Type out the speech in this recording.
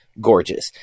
gorgeous